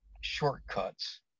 shortcuts